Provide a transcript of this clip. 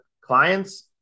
clients